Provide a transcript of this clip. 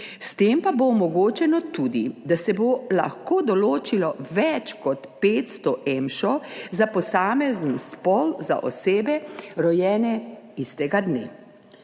S tem pa bo omogočeno tudi, da se bo lahko določilo več kot 500 številk EMŠO za posamezen spol za osebe, rojene istega dne.